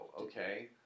okay